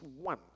one